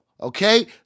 okay